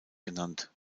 genannt